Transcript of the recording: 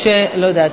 לא יודעת.